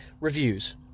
reviews